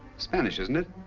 spanish isn't it?